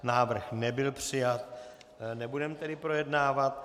Návrh nebyl přijat, nebudeme tedy projednávat.